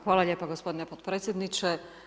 Hvala lijepa gospodine podpredsjedniče.